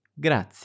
Grazie